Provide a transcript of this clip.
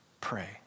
pray